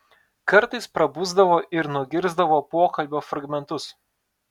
kartais prabusdavo ir nugirsdavo pokalbio fragmentus